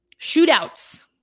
shootouts